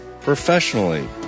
professionally